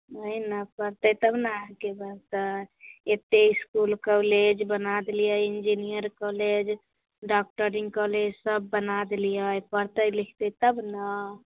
ओएह ने पढ़तय तब ने आगे बढ़तै एतेक इसकुल कौलेज बना देलियै engineer college doctoring college सब बना देलियै पढ़तै लिखतै तब ने